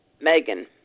Megan